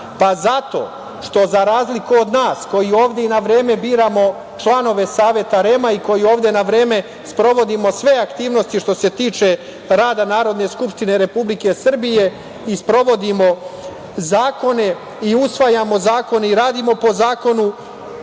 Zato što za razliku od nas koji ovde i na vreme biramo članove Saveta REM-a i koji ovde na vreme sprovodimo sve aktivnosti što se tiče rada Narodne skupštine Republike Srbije i sprovodimo zakone i usvajamo zakone i radimo po zakonu,